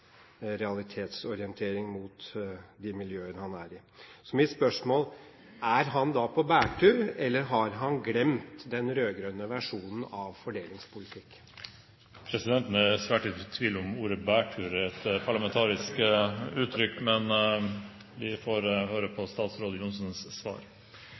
realitetsorientering mot de miljøer han er i. Mitt spørsmål er: Er han da på bærtur, eller har han glemt den rød-grønne versjonen av fordelingspolitikk? Presidenten er svært i tvil om ordet «bærtur» er et parlamentarisk uttrykk, men vi får høre på statsråd Johnsens svar.